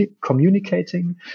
communicating